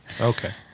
Okay